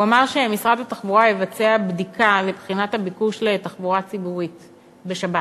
הוא אמר שמשרד התחבורה יבצע בדיקה לבחינת הביקוש לתחבורה ציבורית בשבת.